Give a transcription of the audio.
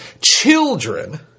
children